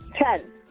Ten